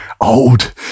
Old